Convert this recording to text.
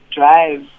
drive